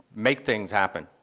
make things happen.